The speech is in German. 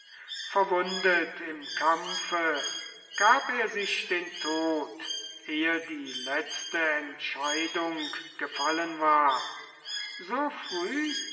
verwundet im kampfe gab er sich den tod ehe die letzte entscheidung gefallen war so früh